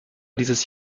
dieses